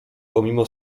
pomimo